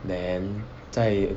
then 在